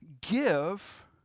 Give